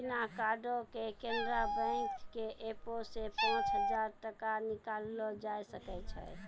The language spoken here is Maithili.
बिना कार्डो के केनरा बैंक के एपो से पांच हजार टका निकाललो जाय सकै छै